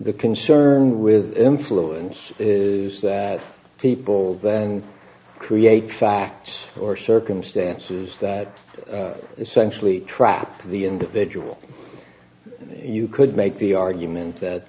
the concern with influence is that people then create facts or circumstances that essentially trapped the individual you could make the argument that